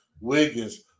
Wiggins